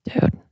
Dude